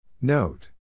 Note